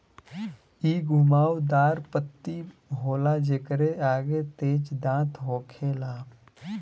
इ घुमाव दार पत्ती होला जेकरे आगे तेज दांत होखेला